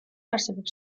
არსებობს